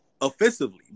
offensively